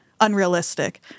unrealistic